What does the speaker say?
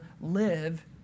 live